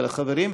ועל החברים,